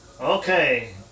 Okay